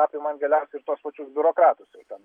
apimam galiausiai ir tuos pačius biurokratus jau ten